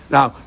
Now